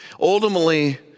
Ultimately